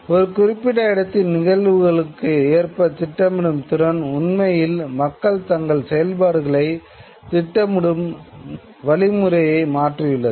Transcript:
ஒரு குறிப்பிட்ட இடத்தின் நிகழ்வுகளுக்கு ஏற்ப திட்டமிடும் திறன் உண்மையில் மக்கள் தங்கள் செயல்பாடுகளைத் திட்டமிடும் வழிமுறையை மாற்றியுள்ளது